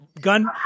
gun